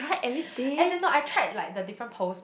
as in no I tried like the different pearls